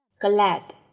Glad